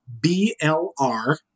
B-L-R